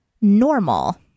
normal